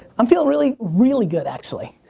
i'm feeling really really good actually.